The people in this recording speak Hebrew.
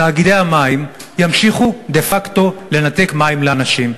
תאגידי המים ימשיכו דה-פקטו לנתק מים לאנשים.